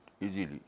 easily